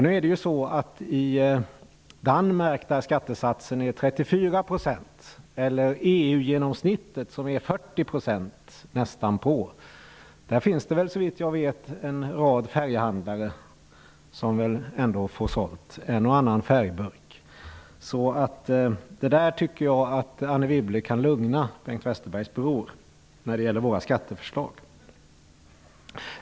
Nu är det så att Danmark har en skattesats på 34 % och EU-genomsnittet är nästan 40 %, och såvitt jag vet finns det där en rad färghandlare som ändå får sälja en och annan färgburk. Jag tycker därför att Anne Wibble kan lugna Bengt Westerbergs bror när det gäller våra skatteförslag.